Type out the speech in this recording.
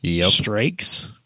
strikes